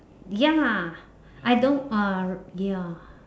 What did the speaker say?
ya lah I don't ah ya